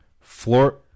Floor